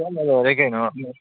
ꯆꯠꯂ ꯂꯣꯏꯔꯦ ꯀꯩꯅꯣ